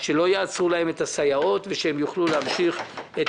שלא יעצרו להם את הסייעות ושהם יוכלו להמשיך את